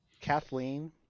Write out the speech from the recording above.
Kathleen